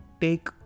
take